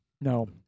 No